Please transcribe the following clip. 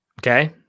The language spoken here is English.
Okay